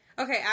Okay